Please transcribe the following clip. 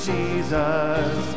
Jesus